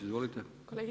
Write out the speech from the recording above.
Izvolite.